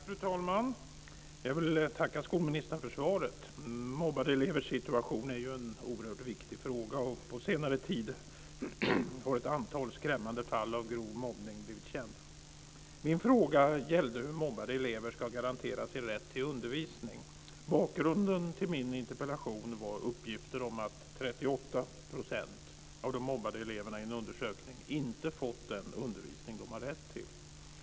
Fru talman! Jag vill tacka skolministern för svaret. Mobbade elevers situation är en oerhört viktig fråga, och på senare tid har ett antal skrämmande fall av grov mobbning blivit kända. Min fråga gällde hur mobbade elever ska garanteras sin rätt till undervisning. Bakgrunden till min interpellation är uppgifter om att 38 % av de mobbade eleverna i en undersökning inte fått den undervisning som de har rätt till.